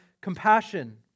compassion